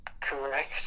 Correct